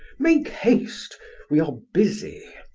make haste we are busy.